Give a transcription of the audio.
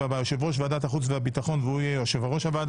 הבא: יושב-ראש ועדת החוץ והביטחון והוא יהיה היושב ראש,